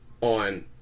on